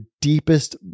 deepest